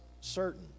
certain